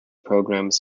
programmes